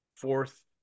fourth